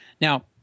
Now